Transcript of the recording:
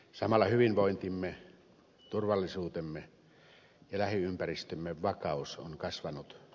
samalla hyvinvointimme turvallisuutemme ja lähiympäristömme vakaus on kasvanut